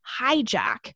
hijack